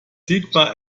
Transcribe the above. sigmar